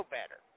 better